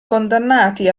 condannati